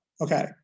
Okay